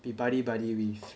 be buddy buddy with